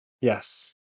yes